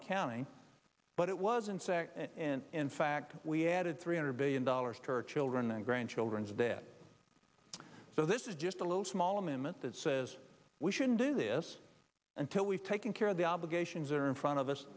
accounting but it wasn't say in in fact we added three hundred billion dollars to our children and grandchildren's debt so this is just a little small amendment that says we shouldn't do this until we've taken care of the obligations are in front of us